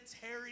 Harry